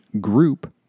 group